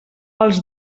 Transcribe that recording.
els